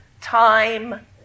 time